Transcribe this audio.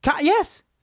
Yes